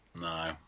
No